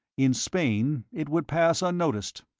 in spain it would pass unnoticed.